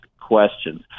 questions